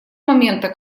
момента